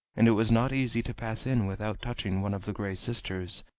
and it was not easy to pass in without touching one of the gray sisters.